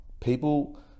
people